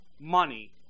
money